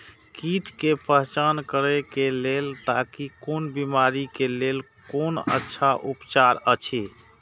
कीट के पहचान करे के लेल ताकि कोन बिमारी के लेल कोन अच्छा उपचार अछि?